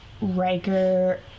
Riker